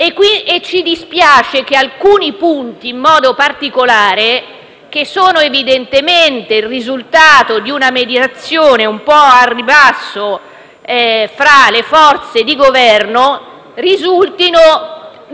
e ci dispiace che alcuni punti, in modo particolare, che sono evidentemente il risultato di una mediazione un po' al ribasso fra le forze di Governo, risultino non